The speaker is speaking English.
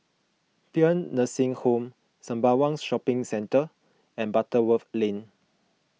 Paean Nursing Home Sembawang Shopping Centre and Butterworth Lane